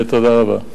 תודה רבה.